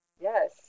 yes